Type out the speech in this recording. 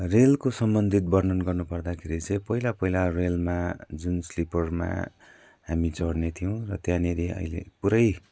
रेलको सम्बन्धित वर्णन गर्नु पर्दाखेरि चाहिँ पहिला पहिला रेलमा जुन स्लिपरमा हामी चढ्ने थियौँ र त्यहाँनेरि अहिले पुरै